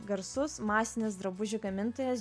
garsus masinis drabužių gamintojas